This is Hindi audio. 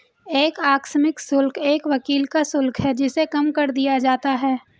एक आकस्मिक शुल्क एक वकील का शुल्क है जिसे कम कर दिया जाता है